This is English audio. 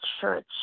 church